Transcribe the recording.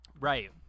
right